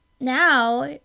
Now